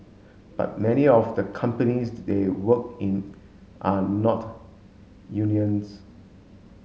but many of the companies they work in are not